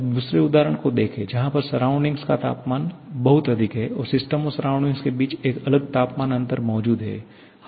अब दूसरे उदाहरण को देखें जहां पर सराउंडिंग का तापमान बहुत अधिक है और सिस्टम और सराउंडिंग के बीच एक अलग तापमान अंतर मौजूद है